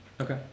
Okay